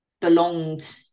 belonged